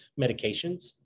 medications